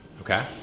okay